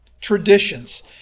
traditions